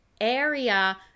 area